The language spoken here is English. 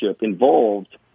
involved